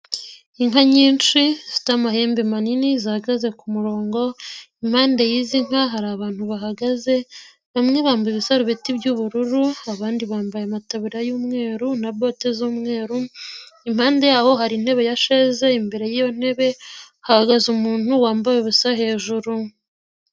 Inka nyinshi zifite amahembe manini zihagaze kumurongo impande y'izi nka hari abantu bahagaze bamwe bambaye ibisarobeti by'ubururu abandi bambaye amataburiya y'umweru na bote z'umweru, impande yabo hari intebe ya sheze imbere y'iyo ntebe hahagaze umuntu wambaye ubusa hejuru.